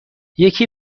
یکی